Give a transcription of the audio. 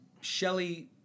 Shelley